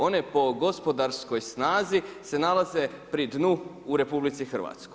One po gospodarskoj snazi se nalaze pri dnu u RH.